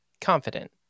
confident